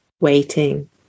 waiting